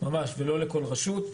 וזה לא לכל רשות.